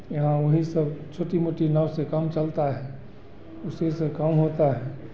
यहाँ वही सब छोटी मोटी नाव से काम चलता है उसीसे काम होता है